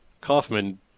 Kaufman